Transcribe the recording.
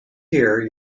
here